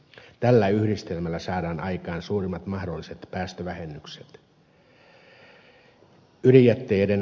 tällä yhdistelmällä saadaan aikaan suurimmat mahdolliset päästövähennykset